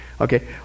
Okay